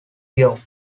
york